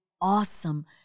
awesome